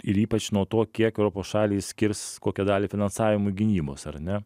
ir ypač nuo to kiek europos šalys skirs kokią dalį finansavimui gynybos ar ne